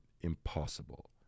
impossible